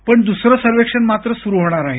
पण दुसरं सर्वेक्षण मात्र सुरू होणार आहे